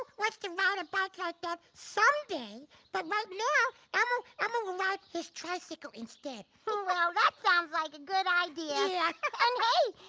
wants to ride a bike like that someday but like right um um will ride his tricycle instead. well that sounds like a good idea. yeah. and hey,